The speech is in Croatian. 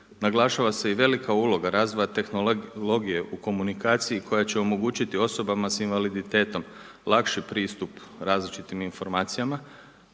Naglašava se i velika uloga razvoja tehnologije u komunikaciji koja će omogućiti osobama sa invaliditetom lakši pristup različitim informacijama